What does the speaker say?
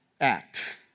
Act